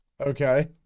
Okay